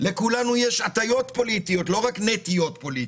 לכולנו יש הטיות פוליטיות ולא רק נטיות פוליטיות.